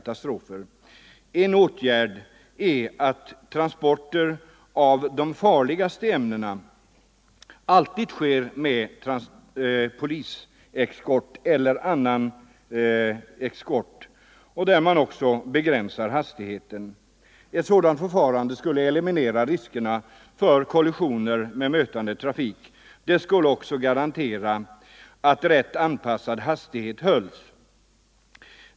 Tisdagen den En åtgärd är att transporter av de farligaste ämnena alltid sker med po 12 november 1974 liseskort eller annan eskort och med begränsad hastighet. Ett sådant förfarande skulle eliminera riskerna för kollisioner med mötande trafik. Det — Ang. säkerhetsbeskulle också garantera att rätt anpassad hastighet hölls.